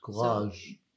Courage